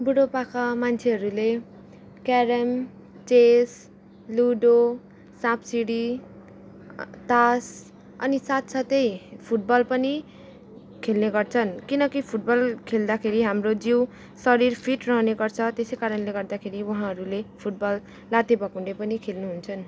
बुढोपाका मान्छेहरूले carrom chess ludo साँप सिढी तास अनि साथ साथै फुटबल पनि खेल्ने गर्छन् किनकि फुटबल खेल्दाखेरि हाम्रो जिउ शरिर फिट रहने गर्छ त्यसै कारणले गर्दाखेरि उहाँहरूले फुटबल लाते भकुण्डो पनि खेल्नु हुन्छन्